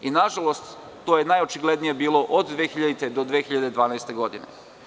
Nažalost, to je najočiglednije bilo od 2000.do 2012. godine.